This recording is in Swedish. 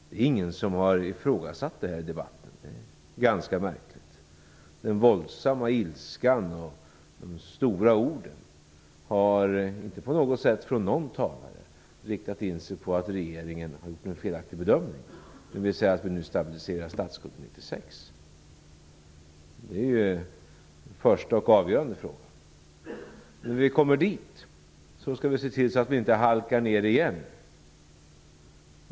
Det är ingen som har ifrågasatt detta i debatten, vilket är ganska märkligt. Den våldsamma ilskan och de stora orden har inte på något sätt från någon talare riktat in sig på att regeringen har gjort en felaktig bedömning när vi säger att vi stabiliserar statsskulden 1996. Det är ju den första och avgörande frågan. Men när vi kommer dit skall vi se till att vi inte halkar ner igen.